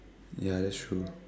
ya that's true